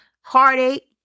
heartache